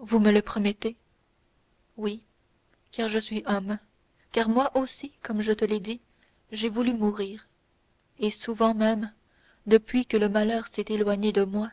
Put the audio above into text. vous me le promettez oui car je suis homme car moi aussi comme je te l'ai dit j'ai voulu mourir et souvent même depuis que le malheur s'est éloigné de moi